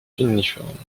uniforme